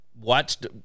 Watched